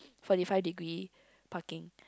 forty five degree parking